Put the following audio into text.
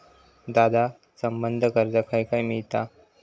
दादा, संबंद्ध कर्ज खंय खंय मिळता